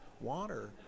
water